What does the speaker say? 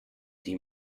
die